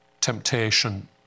temptation